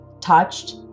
touched